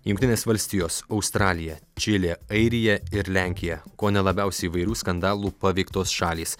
jungtinės valstijos australija čilė airija ir lenkija kone labiausiai įvairių skandalų paveiktos šalys